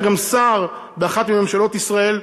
היה גם שר באחת מממשלות ישראל,